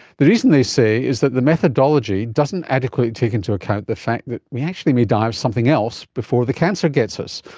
the reason, they say, is that the methodology doesn't adequately take into account the fact that we actually may die of something else before the cancer gets us,